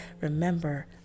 Remember